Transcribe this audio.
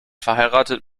verheiratet